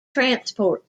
transport